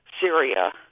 Syria